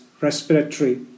respiratory